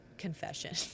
confession